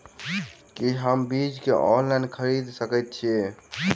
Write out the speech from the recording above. की हम बीज केँ ऑनलाइन खरीदै सकैत छी?